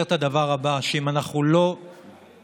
אומר את הדבר הבא: אם אנחנו לא נרים